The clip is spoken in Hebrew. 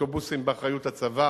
והאוטובוסים באחריות הצבא.